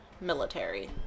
military